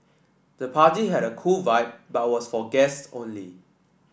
the party had a cool vibe but was for guest only